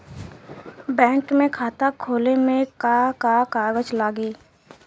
Bank में खाता खोले मे का का कागज लागी?